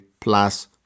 plus